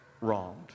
wronged